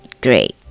great